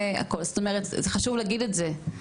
זאת אומרת, זה חשוב להגיד את זה.